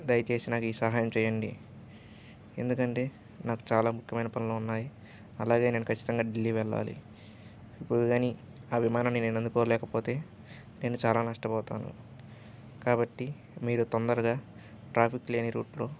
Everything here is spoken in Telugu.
దయచేసి నాకు ఈ సహాయం చేయండి ఎందుకంటే నాకు చాలా ముఖ్యమైన పనులు ఉన్నాయి అలాగే నేను ఖచ్చితంగా ఢిల్లీ వెళ్ళాలి ఇప్పుడు కానీ ఆ విమానాన్ని నేను అందుకోలేకపోతే నేను చాలా నష్టపోతాను కాబట్టి మీరు తొందరగా ట్రాఫిక్ లేని రూట్లో